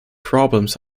problems